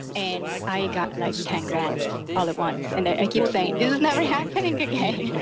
and i got like ten grants all at once. and i keep saying, this is never happening again,